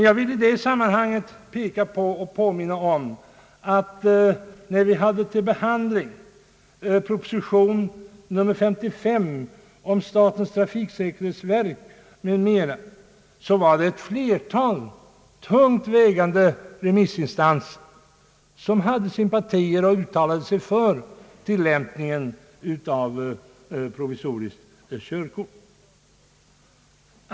Jag vill i detta sammanhang påminna om att vid behandlingen av proposition nr 55 om statens trafiksäkerhetsverk m.m. hade ett flertal viktiga och tungt vägande remissinstanser sympatier för och uttalade sig för tillämpningen av provisoriskt körkort.